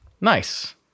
Nice